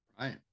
Right